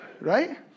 Right